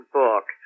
book